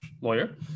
lawyer